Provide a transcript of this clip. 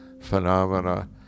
phenomena